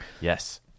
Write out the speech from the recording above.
Yes